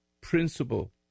principle